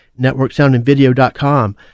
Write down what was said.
NetworkSoundAndVideo.com